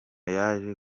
yaje